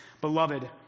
beloved